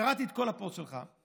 קראתי את כל הפוסט שלך.